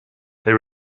they